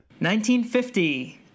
1950